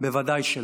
בוודאי שלא.